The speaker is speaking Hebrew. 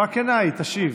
תשובה כנה היא תשיב.